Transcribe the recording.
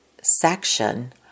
section